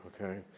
okay